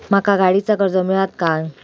माका गाडीचा कर्ज मिळात काय?